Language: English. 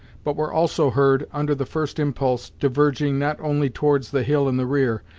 but were also heard, under the first impulse, diverging not only towards the hill in the rear,